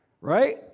Right